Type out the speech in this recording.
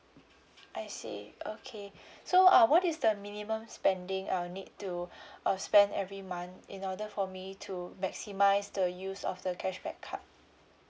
I see okay so uh what is the minimum spending uh need to uh spend every month in order for me to maximise the use of the cashback card